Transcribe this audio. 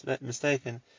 mistaken